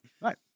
Right